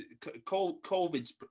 COVID's